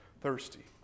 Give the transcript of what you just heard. thirsty